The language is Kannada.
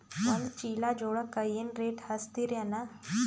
ಒಂದ ಚೀಲಾ ಜೋಳಕ್ಕ ಏನ ರೇಟ್ ಹಚ್ಚತೀರಿ ಅಣ್ಣಾ?